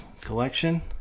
collection